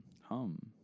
Hum